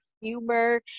humor